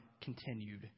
continued